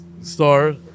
star